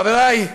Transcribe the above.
חברי,